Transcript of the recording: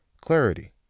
clarity